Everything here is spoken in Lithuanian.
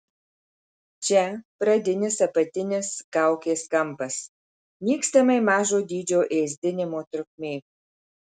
čia pradinis apatinis kaukės kampas nykstamai mažo dydžio ėsdinimo trukmė